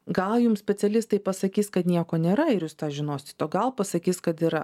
gal jums specialistai pasakys kad nieko nėra ir jūs tą žinosit o gal pasakys kad yra